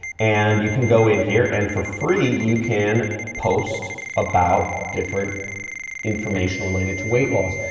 and you can go in here and for free, you can post about different information related to weight loss.